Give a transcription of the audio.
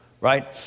Right